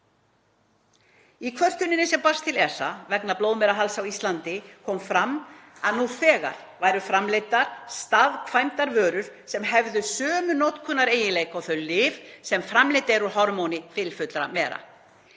Í kvörtuninni sem barst til ESA vegna blóðmerahalds á Íslandi kom fram að nú þegar væru framleiddar staðkvæmdarvörur sem hefðu sömu notkunareiginleika og þau lyf sem framleidd eru úr hormóni fylfullra mera.